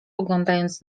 poglądając